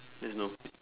there's no face